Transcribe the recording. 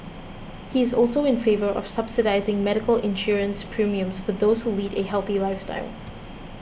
he is also in favour of subsidising medical insurance premiums for those who lead a healthy lifestyle